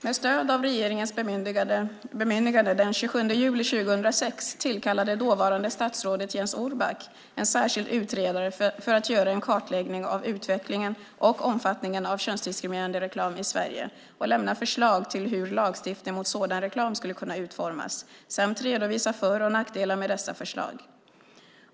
Med stöd av regeringens bemyndigande den 27 juli 2006 tillkallade dåvarande statsrådet Jens Orback en särskild utredare för att göra en kartläggning av utvecklingen och omfattningen av könsdiskriminerande reklam i Sverige och lämna förslag till hur lagstiftning mot sådan reklam skulle kunna utformas samt redovisa för och nackdelar med dessa förslag.